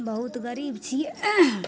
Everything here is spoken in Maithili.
बहुत गरीब छिए